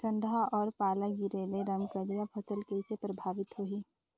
ठंडा अउ पाला गिरे ले रमकलिया फसल कइसे प्रभावित होही?